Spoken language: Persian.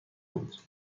بود